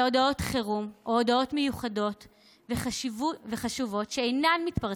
הודעות חירום או הודעות מיוחדות וחשובות שאינן מתפרצות,